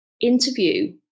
interview